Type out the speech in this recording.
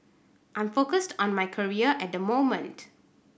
I'm focused on my career at the moment